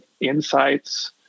insights